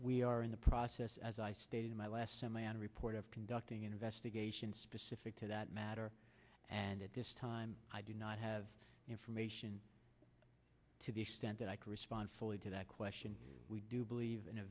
we are in the process as i stated in my last summer and report of conducting an investigation specific to that matter and at this time i do not have information to the extent that i can respond fully to that question we do believe an